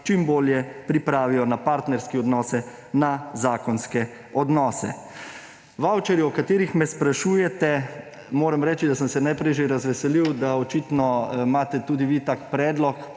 čim bolje pripravijo na partnerske odnose, na zakonske odnose. Vavčerji, o katerih me sprašujete, moram reči, da sem se najprej že razveselil, da očitno imate tudi vi tak predlog,